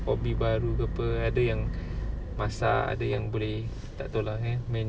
hobby baru ke apa ada yang masak ada yang boleh tak tahu lah eh